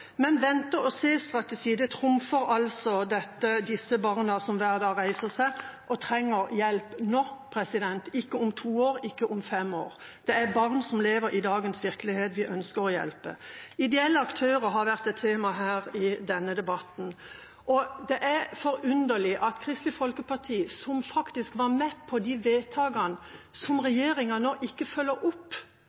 Men vente-og-se-strategi trumfer altså disse barna som hver dag reiser seg og trenger hjelp nå – ikke om to år, ikke om fem år. Det er barn som lever i dagens virkelighet vi ønsker å hjelpe. Ideelle aktører har vært et tema i denne debatten, og det er forunderlig at Kristelig Folkeparti, som faktisk var med på de vedtakene som regjeringa nå ikke følger opp,